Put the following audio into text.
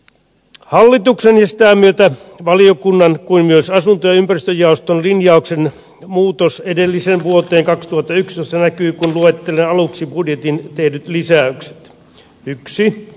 hallituksen ja sitä myötä valiokunnan kuin myös asunto ja ympäristöjaoston linjauksen muutos edelliseen vuoteen kaksituhattayksi särkyy kun luettelen aluksi budjettiin tehdyt lisäykset yksi